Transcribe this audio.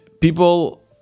People